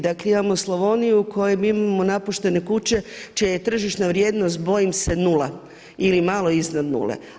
Dakle imamo Slavoniju u kojoj mi imamo napuštene kuće čija je tržišna vrijednost bojim se nula ili malo iznad nule.